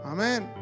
Amen